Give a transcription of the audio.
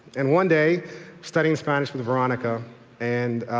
and one day studying spanish with veronica and